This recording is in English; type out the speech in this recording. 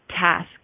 task